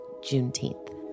Juneteenth